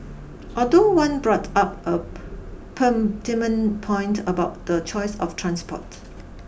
although one brought up a pertinent point about the choice of transport